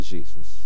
Jesus